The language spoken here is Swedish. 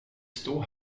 stå